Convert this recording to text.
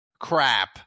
crap